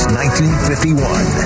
1951